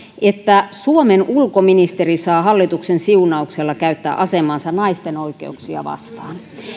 että suomen ulkoministeri saa hallituksen siunauksella käyttää asemaansa naisten oikeuksia vastaan